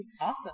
Awesome